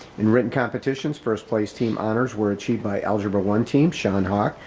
in written competitions, first place team honors were achieved by algebra one team shawn hawk,